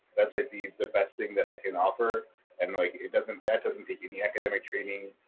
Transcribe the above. that's like the the best thing that i can offer and like it doesn't, that doesn't take any academic training,